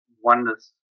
oneness